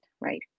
right